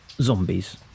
zombies